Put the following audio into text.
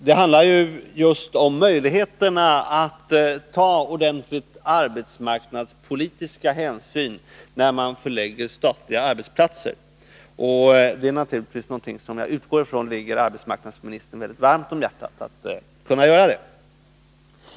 Den handlar just om möjligheterna att ta ordentliga arbetsmarknadspolitiska hänsyn när man förlägger statliga arbetsplatser. Och jag utgår från att det ligger arbetsmarknadsministern mycket varmt om hjärtat att kunna göra det.